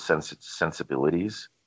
sensibilities